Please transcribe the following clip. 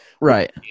Right